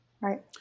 Right